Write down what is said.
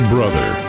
Brother